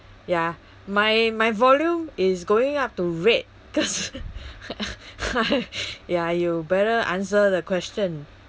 ya my my volume is going up to red cause ya you better answer the question